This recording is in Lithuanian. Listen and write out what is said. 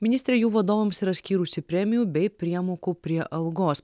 ministrė jų vadovams yra skyrusi premijų bei priemokų prie algos